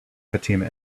fatima